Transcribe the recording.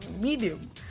medium